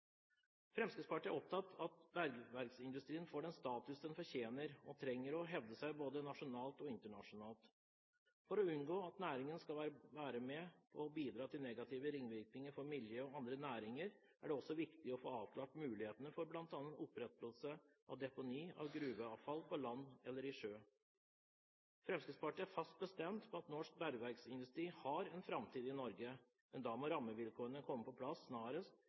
Fremskrittspartiet er opptatt av at bergverksindustrien får den status den fortjener og trenger for å hevde seg både nasjonalt og internasjonalt. For å unngå at næringen skal være med på å bidra til negative ringvirkninger for miljøet og andre næringer, er det også viktig å få avklart mulighetene for bl.a. opprettelse av deponi av gruveavfall på land eller i sjø. Fremskrittspartiet er fast bestemt på at norsk bergverksindustri har en framtid i Norge, men da må rammevilkårene komme på plass snarest,